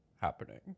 happening